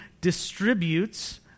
distributes